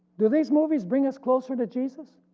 do these movies bring us closer to jesus?